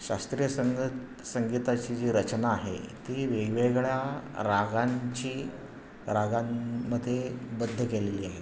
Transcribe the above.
शास्त्रीय संगत संगीताची जी रचना आहे ती वेगवेगळ्या रागांची रागांमध्ये बद्ध केलेली आहे